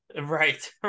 Right